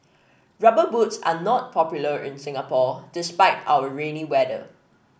rubber boots are not popular in Singapore despite our rainy weather